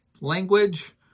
language